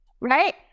Right